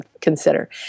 consider